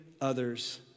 others